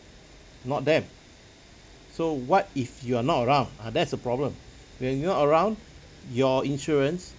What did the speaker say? not them so what if you're not around ah that's the problem when you're not around your insurance